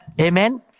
Amen